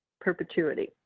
perpetuity